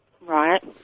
Right